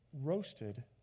roasted